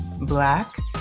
black